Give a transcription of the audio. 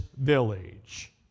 village